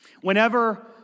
Whenever